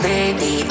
Baby